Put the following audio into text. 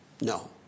No